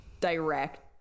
direct